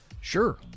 sure